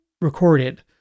recorded